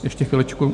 Ještě chviličku...